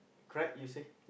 cried you say